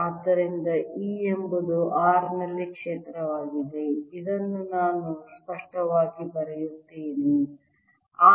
ಆದ್ದರಿಂದ E ಎಂಬುದು r ನಲ್ಲಿ ಕ್ಷೇತ್ರವಾಗಿದೆ ಇದನ್ನು ನಾನು ಸ್ಪಷ್ಟವಾಗಿ ಬರೆಯುತ್ತೇನೆ r P ನಲ್ಲಿ r